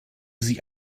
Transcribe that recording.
sie